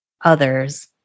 others